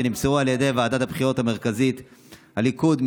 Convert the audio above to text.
שנמסרו על ידי ועדת הבחירות המרכזית: הליכוד,